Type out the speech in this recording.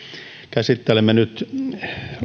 käsittelemme nyt